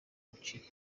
gucika